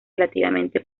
relativamente